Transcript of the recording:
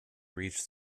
reached